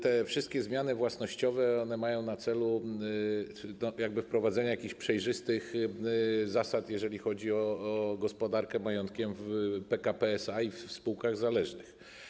Te wszystkie zmiany własnościowe mają na celu wprowadzenie jakichś przejrzystych zasad, jeżeli chodzi o gospodarkę majątkiem PKP SA i w spółkach zależnych.